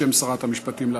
בשם שרת המשפטים.